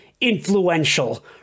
influential